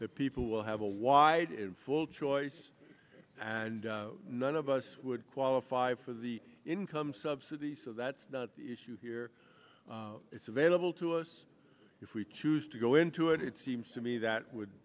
that people will have a wide and full choice and none of us would qualify for the income subsidy so that's not the issue here it's available to us if we choose to go into it it seems to me that would